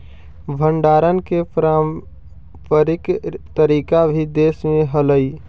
भण्डारण के पारम्परिक तरीका भी देश में हलइ